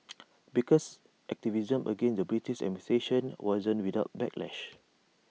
baker's activism against the British administration wasn't without backlash